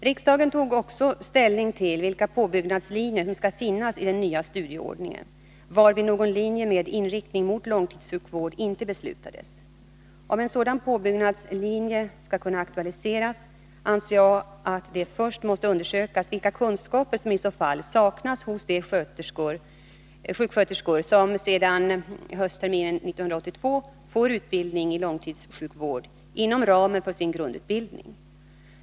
Riksdagen tog också ställning till vilka påbyggnadslinjer som skall finnas i den nya studieordningen, varvid någon linje med inriktning mot långtidssjukvård inte beslutades. Om en sådan påbyggnadslinje skall kunna aktualiseras, anser jag att det först måste undersökas vilka kunskaper som i så fall saknas hos de sjuksköterskor som sedan höstterminen 1982 får utbildning i långtidssjukvård inom ramen för sin grundutbildning.